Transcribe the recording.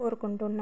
కోరుకుంటున్నాను